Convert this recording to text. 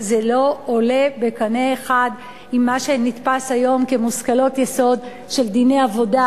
זה לא עולה בקנה אחד עם מה שנתפס היום כמושכלות יסוד של דיני עבודה,